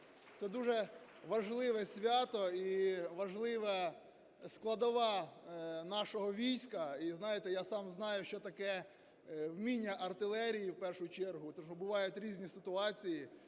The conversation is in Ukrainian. Це дуже важливе свято і важлива складова нашого війська. І, знаєте, я сам знаю, що таке уміння артилерії, в першу чергу, тому що бувають різні ситуації,